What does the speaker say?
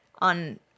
on